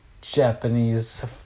Japanese